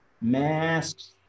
masks